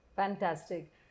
Fantastic